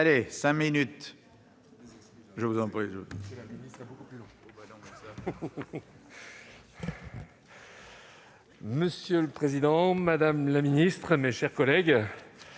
Monsieur le président, madame la ministre, mes chers collègues,